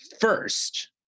first